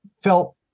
felt